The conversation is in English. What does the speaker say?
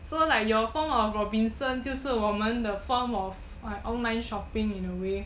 so like your form of robinsons 就是我们的 form of online shopping in a way